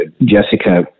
Jessica